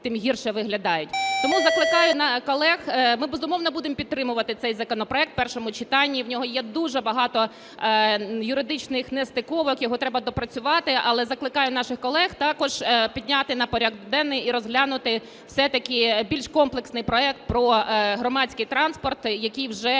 тим гірше виглядають. Тому закликаю колег, ми, безумовно, будемо підтримувати цей законопроект в першому читанні. В ньому є дуже багато юридичних нестиковок, його треба доопрацювати, але закликаю наших колег також підняти на порядок денний і розглянути все-таки більш комплексний проект про громадський транспорт, який вже